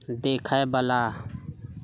देखएवला